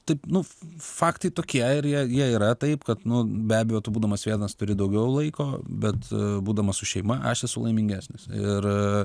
taip nu faktai tokie ir jie jie yra taip kad nu be abejo tu būdamas vienas turi daugiau laiko bet būdamas su šeima aš esu laimingesnis ir